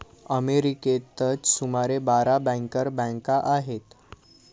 अमेरिकेतच सुमारे बारा बँकर बँका आहेत